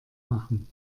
machen